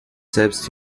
selbst